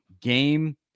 game